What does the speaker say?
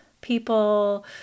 people-